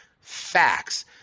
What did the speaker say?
facts